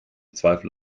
zweifel